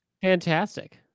fantastic